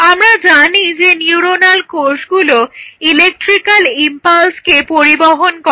আমরা জানি যে নিউরণাল কোষগুলো ইলেকট্রিক্যাল ইমপালসগুলোকে পরিবহন করে